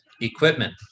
equipment